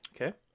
Okay